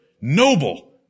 noble